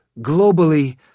globally